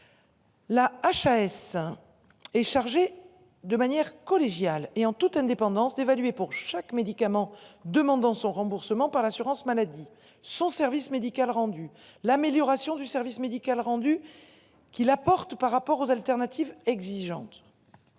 La HAS. Est chargé de manière collégiale et en toute indépendance d'évaluer pour chaque médicament demandant son remboursement par l'assurance maladie, son service médical rendu l'amélioration du service médical rendu. Qu'il apporte par rapport aux alternatives exigeante.